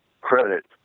credit